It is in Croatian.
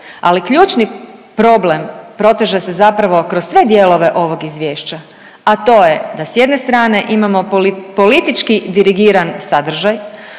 ali ključni problem proteže se zapravo kroz sve dijelove ovog izvješća, a to je da s jedne strane imamo politički dirigiran sadržaj,